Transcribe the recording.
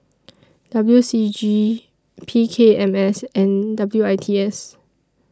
W C G P K M S and W I T S